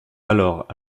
alors